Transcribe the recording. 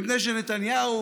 מפני שנתניהו,